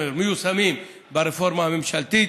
דורנר שמיושמים ברפורמה הממשלתית,